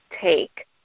take